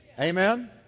Amen